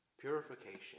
purification